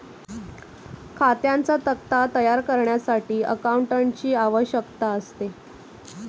खात्यांचा तक्ता तयार करण्यासाठी अकाउंटंटची आवश्यकता असते